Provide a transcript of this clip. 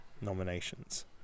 nominations